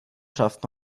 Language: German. schafft